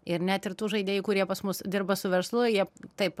ir net ir tų žaidėjų kurie pas mus dirba su verslu jie taip